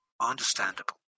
Understandable